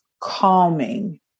calming